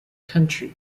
country